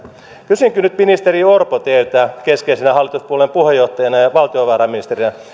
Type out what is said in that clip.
kysynkin nyt ministeri orpo teiltä keskeisenä hallituspuolueen puheenjohtajana ja ja valtiovarainministerinä